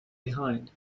behind